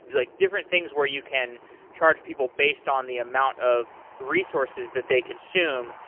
like different things where you can charge people based on the amount of resources that they consume,